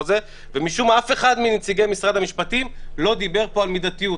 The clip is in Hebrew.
ומשום מה אף אחד מנציגי משרד המשפטים לא דיבר פה על מידתיות.